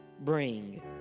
Bring